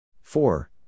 Four